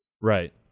Right